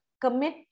commit